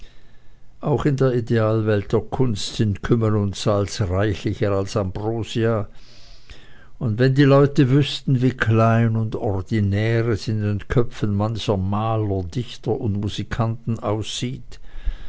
auch in der idealwelt der kunst sind kümmel und salz reichlicher als ambrosia und wenn die leute wüßten wie klein und ordinär es in den köpfen mancher maler dichter und musikanten aussieht